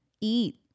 eat